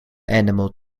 animal